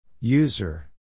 User